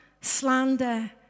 slander